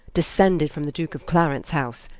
descended from the duke of clarence house,